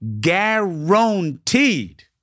guaranteed